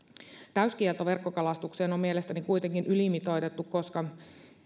täyskielto verkkokalastukseen on mielestäni kuitenkin ylimitoitettu koska